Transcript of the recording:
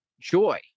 joy